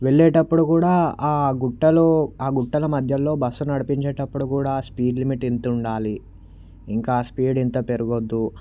వెళ్ళేటప్పుడు కూడా ఆ గుట్టలు ఆ గుట్టల మధ్యలో నడిపించేటప్పుడు కూడా ఆ స్పీడ్ లిమిట్ ఎంత ఉండాలి ఇంకా స్పీడ్ ఎంత పెరగవద్దు